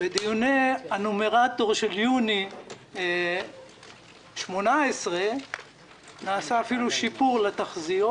בדיוני הנומרטור של יוני 2018 נעשה אפילו שיפור לתחזיות